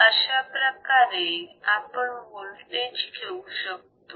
अशाप्रकारे आपण वोल्टेज घेऊ शकतो